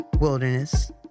Wilderness